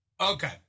okay